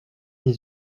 dix